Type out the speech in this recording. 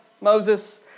Moses